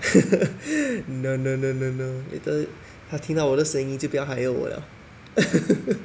no no no no no no later 他听到我的声音就不要 hire 我了